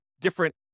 different